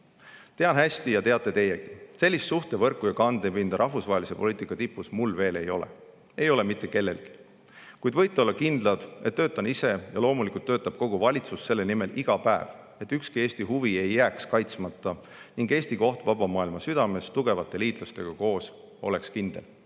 Tean hästi ja teate teiegi, et sellist suhtevõrku ja kandepinda rahvusvahelise poliitika tipus mul veel ei ole. Ei ole mitte kellelgi. Kuid võite olla kindlad, et töötan ise ja loomulikult töötab kogu valitsus iga päev selle nimel, et ükski Eesti huvi ei jääks kaitsmata ning Eesti koht vaba maailma südames koos tugevate liitlastega oleks kindel.